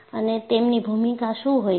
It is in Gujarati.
અને તેમની ભૂમિકા શું હોય છે